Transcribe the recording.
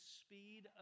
speed